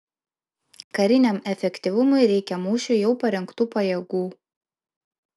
kariniam efektyvumui reikia mūšiui jau parengtų pajėgų